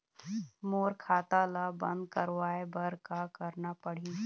मोर खाता ला बंद करवाए बर का करना पड़ही?